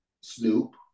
Snoop